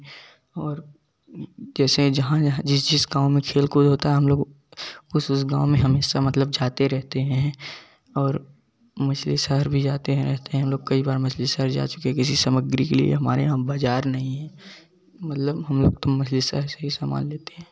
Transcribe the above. और जैसे जहाँ जहाँ जिस जिस गाँव खेल कूद होता हम लोग उस उस गाँव में हमेशा मतलब जाते रहते हैं और मछली शहर भी जाते रहते हैं लोग कई बार मछली शहर जा चुके किसी सामग्री के लिए हमारे यहाँ बाज़ार नहीं है मतलब हम लोग मछली शहर से सामान लेते हैं